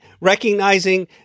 recognizing